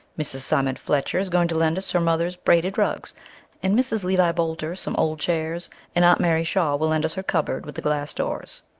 mrs. simon fletcher is going to lend us her mother's braided rugs and mrs. levi boulter some old chairs and aunt mary shaw will lend us her cupboard with the glass doors.